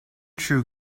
true